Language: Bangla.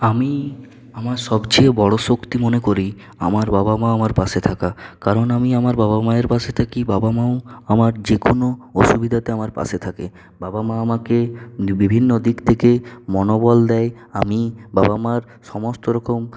আমি আমার সবচেয়ে বড় শক্তি মনে করি আমার বাবা মা আমার পাশে থাকা কারণ আমি আমার বাবা মায়ের পাশে থাকি বাবা মাও আমার যে কোনো অসুবিধাতে আমার পাশে থাকে বাবা মা আমাকে বিভিন্ন দিক থেকে মনোবল দেয় আমি বাবা মার সমস্ত রকম